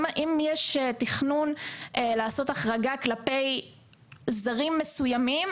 אם יש תכנון לעשות החרגה כלפי זרים מסוימים,